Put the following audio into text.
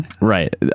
right